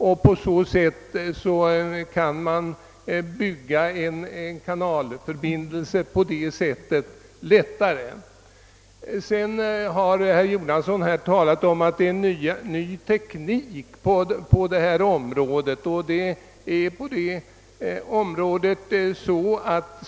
Herr Jonasson har redan nämnt att det finns en ny sprängteknik på det här området.